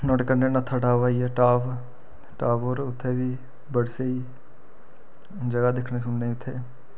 नुआढ़े कन्नै नत्थाटाप आई गेआ टाप टाप होर उत्थें बी बड़ी स्हेई जगह् दिक्खने सुनने गी उत्थें